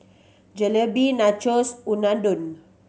Jalebi Nachos Unadon